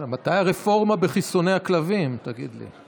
מתי הרפורמה בחיסוני הכלבים, תגיד לי?